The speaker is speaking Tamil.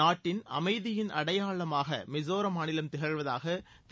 நாட்டின் அமைதியின் அடையாளமாக மிஸோராம் மாநிலம் திகழ்வதாக திரு